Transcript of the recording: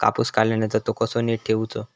कापूस काढल्यानंतर तो कसो नीट ठेवूचो?